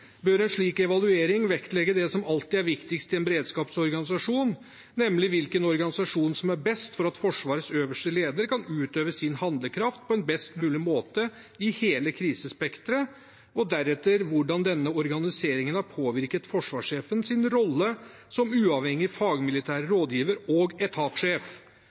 bør en slik evaluering vektlegge det som alltid er viktigst i en beredskapsorganisasjon, nemlig hvilken organisasjon som er best for at Forsvarets øverste leder kan utøve sin handlekraft på en best mulig måte i hele krisespekteret, og deretter hvordan denne organiseringen har påvirket forsvarssjefens rolle som uavhengig fagmilitær rådgiver og